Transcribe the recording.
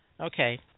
Okay